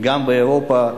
גם באירופה,